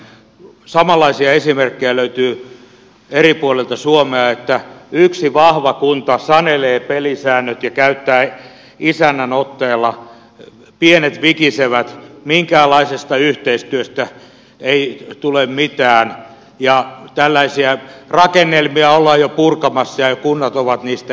samanlaisia esimerkkejä löytyy eri puolilta suomea että yksi vahva kunta sanelee pelisäännöt ja käyttää isännän otetta pienet vikisevät minkäänlaisesta yhteistyöstä ei tule mitään ja tällaisia rakennelmia ollaan jo purkamassa ja kunnat ovat niistä irtautumassa